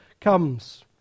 comes